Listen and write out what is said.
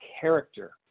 character